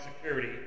security